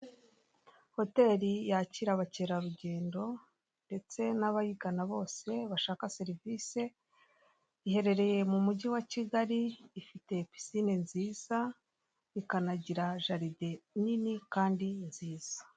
Hotel yakira abakerarugendo. ndetse n'abayigana bose bashaka serivisi, iherereye mu mujyi wa Kigali ifite pisine nziza, ikanagira jaride nini kandi nziza.